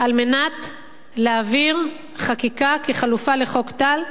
כדי להעביר חקיקה כחלופה לחוק טל,